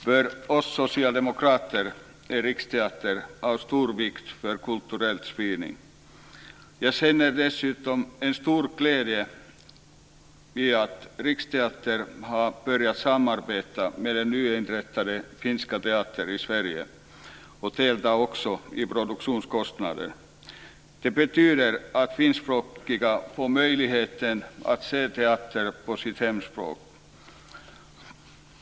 För oss socialdemokrater är Riksteatern av stor vikt för kulturell spridning. Dessutom känner jag stor glädje över att Riksteatern har börjat samarbeta med den nyinrättade finska teatern i Sverige och också deltar vad gäller produktionskostnaderna. Det betyder att finskspråkiga får möjlighet att se teater på sitt hemspråk.